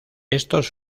estos